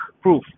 proof